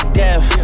death